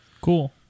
Cool